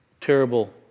terrible